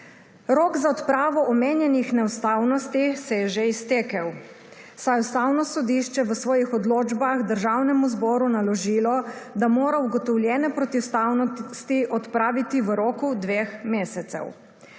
Rok za odpravo omenjenih neustavnosti se je že iztekel, saj je Ustavno sodišče v svojih odločbah Državnemu zboru naložilo, da mora ugotovljene protiustavnosti odpraviti v roku dveh mesecev.